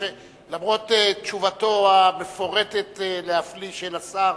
למרות תשובתו המפורטת להפליא של השר,